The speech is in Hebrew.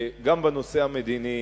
גם בנושא המדיני,